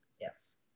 Yes